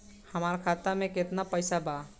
हमार खाता में केतना पैसा बा?